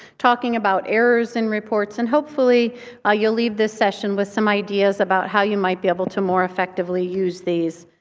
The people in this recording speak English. talking about errors in reports, and hopefully ah you'll leave this session with some ideas about how you might be able to more effectively use these.